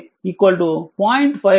5 ampere